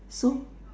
so